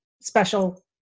special